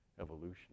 evolution